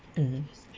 mmhmm